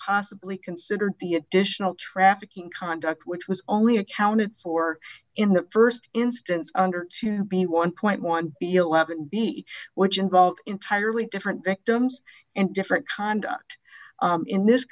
possibly considered the additional trafficking conduct which was only accounted for in the st instance under to be one point one below have been the which involved entirely different victims and different conduct in this